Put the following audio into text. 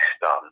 done